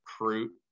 recruit